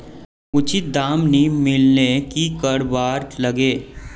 उचित दाम नि मिलले की करवार लगे?